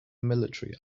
military